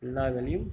எல்லா வேலையும்